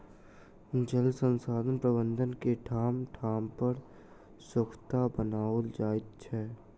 जल संसाधन प्रबंधन मे ठाम ठाम पर सोंखता बनाओल जाइत छै